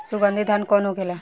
सुगन्धित धान कौन होखेला?